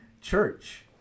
church